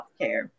healthcare